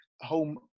home